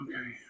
Okay